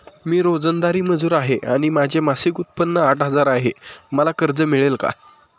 मी रोजंदारी मजूर आहे आणि माझे मासिक उत्त्पन्न आठ हजार आहे, मला कर्ज मिळेल का?